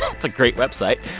it's a great website.